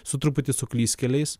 su truputį su klyskeliais